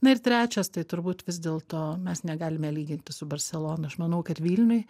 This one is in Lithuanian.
na ir trečias tai turbūt vis dėlto mes negalime lygintis su barselona aš manau kad vilniuj